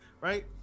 right